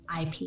ip